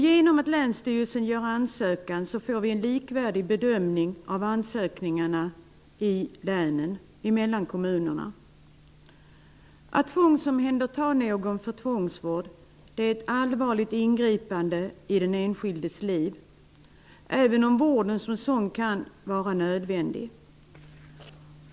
Genom att länsstyrelsen gör ansökan får vi en likvärdig bedömning av ansökningarna mellan kommunerna i länen. Att tvångsomhänderta någon för tvångsvård är ett allvarligt ingripande i den enskildes liv, även om vården som sådan kan vara nödvändig.